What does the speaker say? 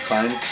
Fine